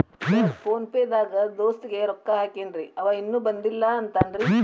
Sir PhonePe ದಾಗ ದೋಸ್ತ್ ಗೆ ರೊಕ್ಕಾ ಹಾಕೇನ್ರಿ ಅಂವ ಇನ್ನು ಬಂದಿಲ್ಲಾ ಅಂತಾನ್ರೇ?